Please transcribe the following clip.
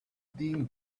din